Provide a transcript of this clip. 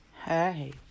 Hey